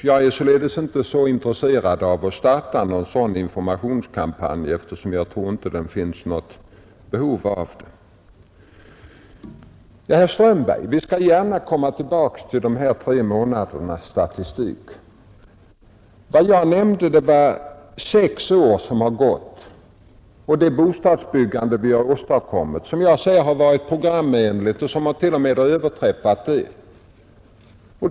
Jag är således inte så intresserad av att starta någon sådan informationskampanj som herr Adolfsson efterlyser, eftersom jag inte tror att det finns något behov av den. Till herr Strömberg vill jag säga att vi gärna skall komma tillbaka till de här tre månadernas statistik. Vad jag nämnde var de sex år som har gått och det bostadsbyggande som vi har åstadkommit och som genomförts programenligt och t.o.m. överträffat programmet.